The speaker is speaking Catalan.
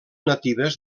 natives